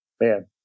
man